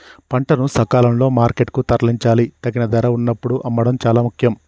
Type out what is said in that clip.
పంటను సకాలంలో మార్కెట్ కు తరలించాలి, తగిన ధర వున్నప్పుడు అమ్మడం చాలా ముఖ్యం